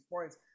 points